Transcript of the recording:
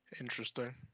Interesting